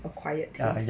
a quiet taste